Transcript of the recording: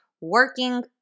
working